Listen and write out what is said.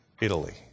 Italy